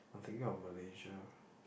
I'm thinking of Malaysia